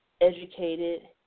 educated